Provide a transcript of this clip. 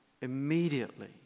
immediately